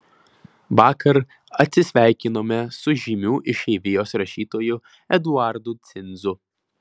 vakar atsisveikinome su žymiu išeivijos rašytoju eduardu cinzu